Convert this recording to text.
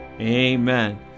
amen